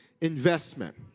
investment